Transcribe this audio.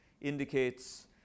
indicates